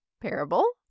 parable